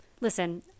Listen